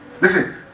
Listen